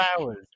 hours